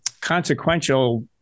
consequential